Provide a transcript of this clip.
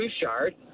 Bouchard